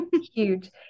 Huge